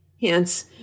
Hence